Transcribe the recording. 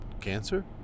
Cancer